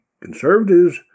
Conservatives